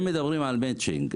אם מדברים על מצ'ינג,